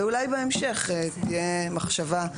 ואולי בהמשך תהיה מחשבה.